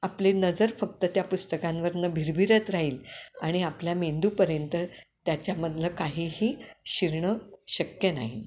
आपली नजर फक्त त्या पुस्तकांवरनं भिरभिरत राहील आणि आपल्या मेंदूपर्यंत त्याच्यामधलं काहीही शिरणं शक्य नाही